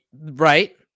Right